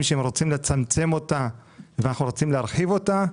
שהם רוצים לצמצם אותה ואנחנו רוצים להרחיב אותה.